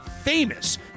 famous